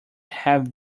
have